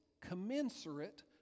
commensurate